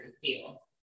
feel